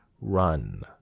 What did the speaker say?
run